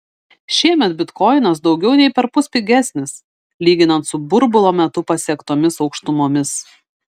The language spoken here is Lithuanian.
šiemet bitkoinas daugiau nei perpus pigesnis lyginant su burbulo metu pasiektomis aukštumomis